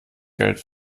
geld